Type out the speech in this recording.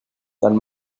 tan